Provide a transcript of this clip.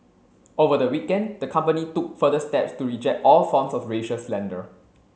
over the weekend the company took further steps to reject all forms of racial slander